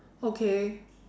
okay